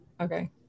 okay